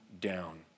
down